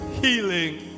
Healing